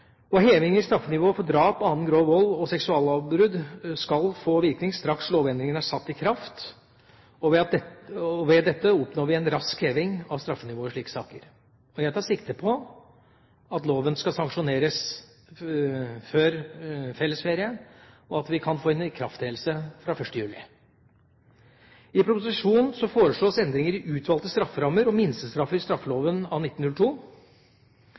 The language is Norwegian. dette. Heving av straffenivået for drap, annen grov vold og seksuallovbrudd skal få virkning straks lovendringene er satt i kraft. Ved dette oppnår vi en rask heving av straffenivået i slike saker. Jeg tar sikte på at loven skal sanksjoneres før fellesferien, og at vi kan få en ikrafttredelse fra 1. juli. I proposisjonen foreslås endringer i utvalgte strafferammer og minstestraffer i straffeloven av 1902.